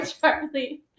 Charlie